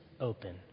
open